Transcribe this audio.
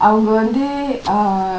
அவங்க வந்து:avangka vanthu uh